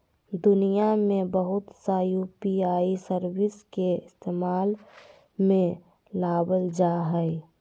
दुनिया में बहुत सा यू.पी.आई सर्विस के इस्तेमाल में लाबल जा हइ